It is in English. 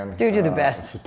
um dude, you're the best.